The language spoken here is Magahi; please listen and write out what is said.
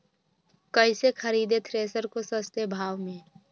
कैसे खरीदे थ्रेसर को सस्ते भाव में?